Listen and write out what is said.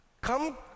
Come